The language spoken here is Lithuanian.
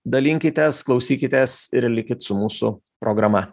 dalinkitės klausykitės ir likit su mūsų programa